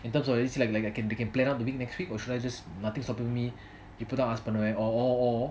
in terms of like like like I can I can plan out the week next week or should I just nothing stopping me இப்போ தான் ஆச படுவான்:ipo thaan aasa paduvan or or or